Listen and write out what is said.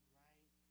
right